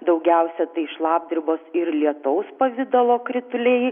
daugiausia tai šlapdribos ir lietaus pavidalo krituliai